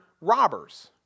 robbers